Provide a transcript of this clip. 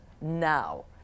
now